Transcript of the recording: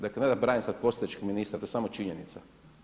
Dakle, ne da branim sad postojećeg ministra, to je samo činjenica.